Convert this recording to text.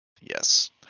Yes